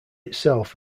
itself